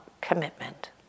commitment